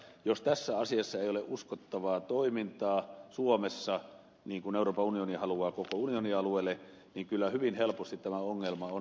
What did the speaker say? jos tässä asiassa ei ole uskottavaa toimintaa suomessa niin kuin euroopan unioni haluaa koko unionin alueelle niin kyllä hyvin helposti tämä ongelma on hallitsematon